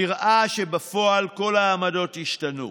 נראה שבפועל כל העמדות השתנו.